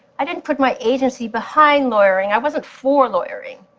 i didn't put my agency behind lawyering. i wasn't for lawyering.